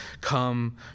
come